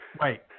wait